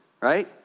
right